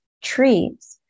trees